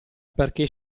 perché